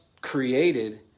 created